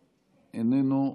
איננו,